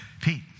Pete